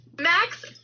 Max